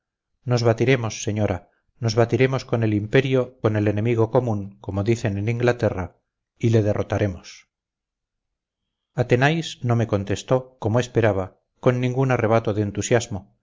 nos batiremos señora nos batiremos con el imperio con el enemigo común como dicen en inglaterra y le derrotaremos athenais no me contestó como esperaba con ningún arrebato de entusiasmo